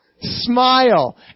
smile